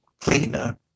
cleaner